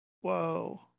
Whoa